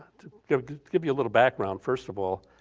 to give give you a little background first of all,